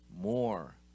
more